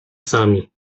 sami